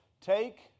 Take